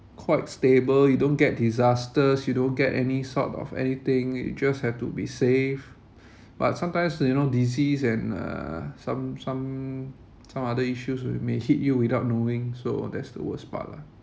quite stable you don't get disasters you don't get any sort of anything you just have to be safe but sometimes you know disease and uh some some some other issues with may hit you without knowing so that's the worst part lah